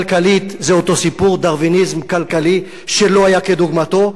כלכלית זה אותו סיפור: דרוויניזם כלכלי שלא היה כדוגמתו.